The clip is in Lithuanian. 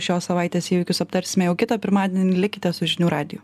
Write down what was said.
šios savaitės įvykius aptarsime jau kitą pirmadienį likite su žinių radiju